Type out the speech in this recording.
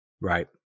Right